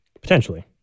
Potentially